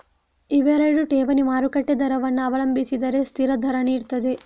ಇವೆರಡು ಠೇವಣಿ ಮಾರುಕಟ್ಟೆ ದರವನ್ನ ಅವಲಂಬಿಸಿರದೆ ಸ್ಥಿರ ದರ ನೀಡ್ತದೆ